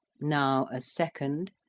now a second,